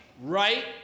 right